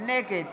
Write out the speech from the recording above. נגד